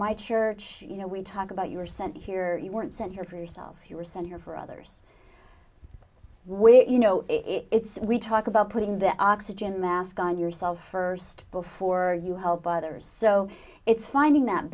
my church you know we talk about you were sent here you weren't sent here for yourself you were sent here for others wait you know it's we talk about putting the oxygen mask on yourself first before you help others so it's finding that